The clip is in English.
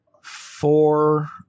Four